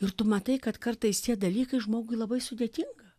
ir tu matai kad kartais tie dalykai žmogui labai sudėtinga